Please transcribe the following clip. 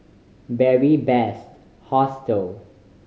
Beary Best Hostel